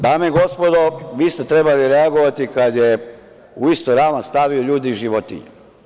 Dame i gospodo, vi ste trebali reagovati kada je u istu ravan stavio ljude i životinje.